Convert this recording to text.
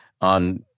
on